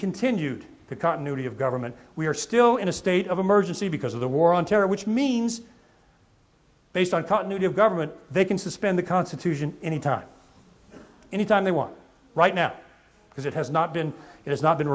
continued the continuity of government we are still in a state of emergency because of the war on terror which means based on continuity of government they can suspend the constitution any time any time they want right now because it has not been it has not been